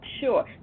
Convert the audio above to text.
Sure